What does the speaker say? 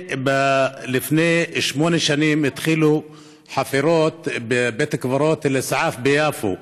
לפני שמונה שנים התחילו חפירות בבית הקברות אלאסעף ביפו.